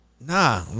nah